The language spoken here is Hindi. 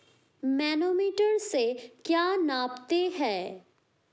मैनोमीटर से क्या नापते हैं?